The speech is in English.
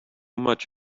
much